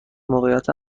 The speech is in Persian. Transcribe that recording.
موقعیت